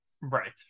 right